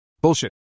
Bullshit